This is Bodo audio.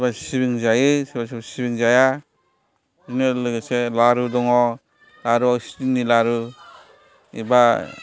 सोरबा सिबिं जायो सोरबा सोरबा सिबिंजों जाया बिदिनो लोगोसे लारु दङ लारुआ सिनि लारु एबा